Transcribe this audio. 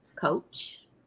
coach